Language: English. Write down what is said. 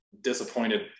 disappointed